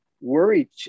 worry